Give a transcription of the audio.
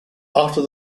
after